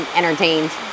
entertained